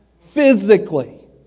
Physically